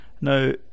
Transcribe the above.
now